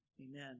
Amen